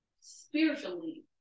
spiritually